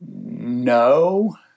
No